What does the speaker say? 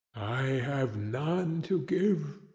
i have none to give,